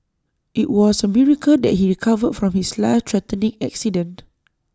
IT was A miracle that he recovered from his life threatening accident